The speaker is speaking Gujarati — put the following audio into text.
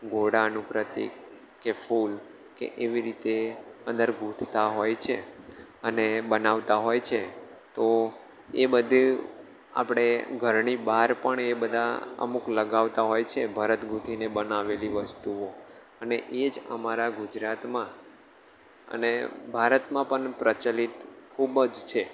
ઘોડાનું પ્રતીક કે ફૂલ કે એવી રીતે અંદરભૂતતા હોય છે અને એ બનાવતા હોય છે તો એ બધે આપણે ઘરની બહાર પણ એ બધાં અમુક લગાવતા હોય છે ભરતગૂંથીને બનાવેલી વસ્તુઓ અને એ જ અમારા ગુજરાતમાં અને ભારતમાં પણ પ્રચલિત ખૂબ જ છે